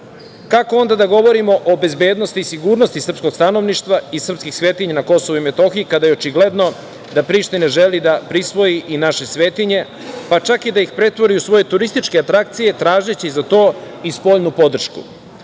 onda da govorimo o bezbednosti i sigurnosti srpskog stanovništva i srpskih svetinja na KiM, kada je očigledno da Priština želi da prisvoji i naše svetinje, pa čak i da ih pretvori u svoje turističke atrakcije, tražeći za to i spoljnu